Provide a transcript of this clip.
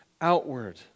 outward